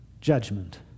judgment